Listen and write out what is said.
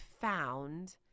found